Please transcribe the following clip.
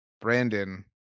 Brandon